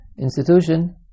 institution